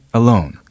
alone